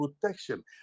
protection